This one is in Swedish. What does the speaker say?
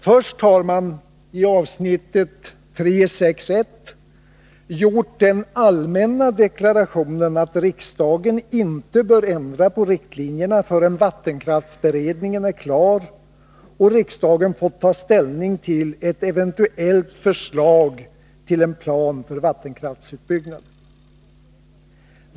Först har man i avsnittet 3.6.1 gjort den allmänna deklarationen att riksdagen inte bör ändra på riktlinjerna förrän vattenkraftsberedningen är klar och riksdagen får ta ställning till ett eventuellt förslag till en plan för vattenkraftsutbyggnaden.